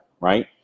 right